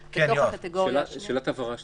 בתוך הקטגוריה השנייה --- שאלת הבהרה למספרים.